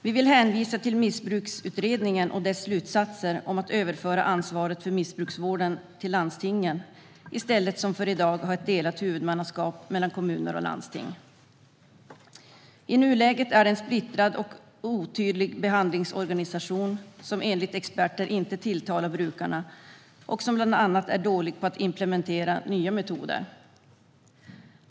Vi vill hänvisa till Missbruksutredningen och dess slutsatser om att överföra ansvaret för missbruksvården till landstingen i stället för att, som i dag, ha ett delat huvudmannaskap mellan kommuner och landsting. I nuläget är det en splittrad och otydlig behandlingsorganisation, som enligt experter inte tilltalar brukarna. Man är bland annat dålig på att implementera nya metoder.